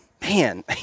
Man